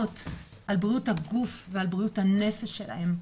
על בריאות הגוף ועל בריאות הנפש שלהם.